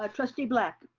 um trustee black.